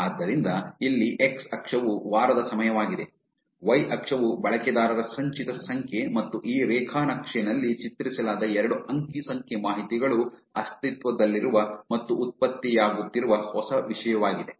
ಆದ್ದರಿಂದ ಇಲ್ಲಿ ಎಕ್ಸ್ ಅಕ್ಷವು ವಾರದ ಸಮಯವಾಗಿದೆ ವೈ ಅಕ್ಷವು ಬಳಕೆದಾರರ ಸಂಚಿತ ಸಂಖ್ಯೆ ಮತ್ತು ಈ ರೇಖಾ ನಕ್ಷೆನಲ್ಲಿ ಚಿತ್ರಿಸಲಾದ ಎರಡು ಅಂಕಿ ಸಂಖ್ಯೆ ಮಾಹಿತಿಗಳು ಅಸ್ತಿತ್ವದಲ್ಲಿರುವ ಮತ್ತು ಉತ್ಪತ್ತಿಯಾಗುತ್ತಿರುವ ಹೊಸ ವಿಷಯವಾಗಿದೆ